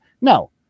No